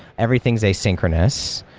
everything is asynchronous.